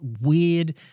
weird